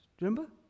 Remember